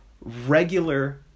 regular